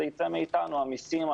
זה יצא מאיתנו המיסים,